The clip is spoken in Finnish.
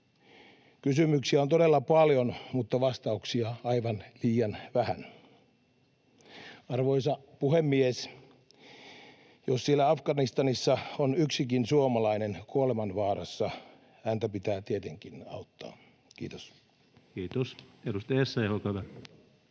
Kysymyksiä on todella paljon mutta vastauksia aivan liian vähän. Arvoisa puhemies! Jos siellä Afganistanissa on yksikin suomalainen kuolemanvaarassa, häntä pitää tietenkin auttaa. — Kiitos. [Speech 66] Speaker: